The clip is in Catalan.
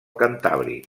cantàbric